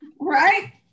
Right